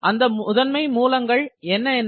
அந்த முதன்மை மூலங்கள் என்ன என்ன